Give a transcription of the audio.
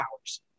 hours